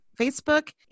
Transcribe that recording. Facebook